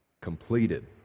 completed